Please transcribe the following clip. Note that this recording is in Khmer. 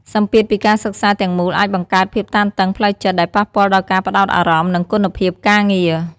សម្ពាធពីការសិក្សាទាំងមូលអាចបង្កើតភាពតានតឹងផ្លូវចិត្ត ដែលប៉ះពាល់ដល់ការផ្តោតអារម្មណ៍ និងគុណភាពការងារ។